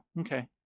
okay